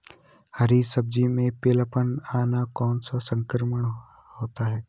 हरी सब्जी में पीलापन आना कौन सा संक्रमण होता है?